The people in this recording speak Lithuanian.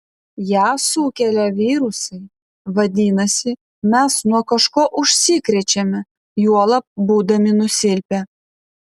ją sukelia virusai vadinasi mes nuo kažko užsikrečiame juolab būdami nusilpę